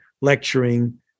lecturing